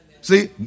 See